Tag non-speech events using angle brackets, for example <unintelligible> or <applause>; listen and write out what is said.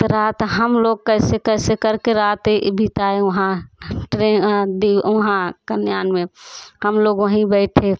तो रात हम लोग कैसे कैसे करके रातें <unintelligible> बिताएँ वहाँ दी उहाँ कल्याण में हम लोग वहीं बैठे